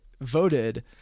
voted